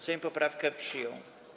Sejm poprawkę przyjął.